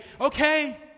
okay